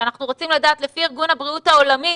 שאנחנו רוצים לדעת לפי ארגון הבריאות העולמי,